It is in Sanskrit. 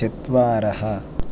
चत्वारः